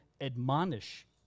admonish